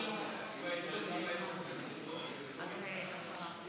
יעקב מרגי.